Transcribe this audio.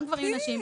גם גברים נשים,